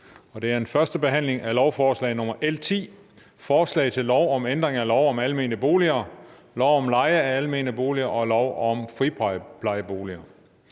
er: 2) 1. behandling af lovforslag nr. L 10: Forslag til lov om ændring af lov om almene boliger m.v., lov om leje af almene boliger og lov om friplejeboliger.